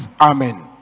Amen